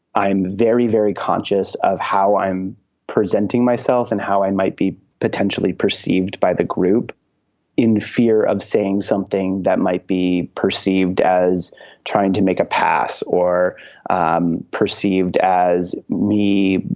i am very, very conscious of how i'm presenting myself and how i might be potentially perceived by the group in fear of saying something that might be perceived as trying to make a pass or um perceived as me.